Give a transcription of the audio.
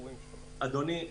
אדוני,